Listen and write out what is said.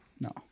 No